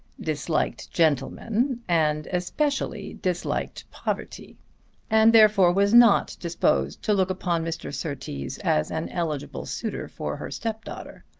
disliked gentlemen, and especially disliked poverty and therefore was not disposed to look upon mr. surtees as an eligible suitor for her stepdaughter.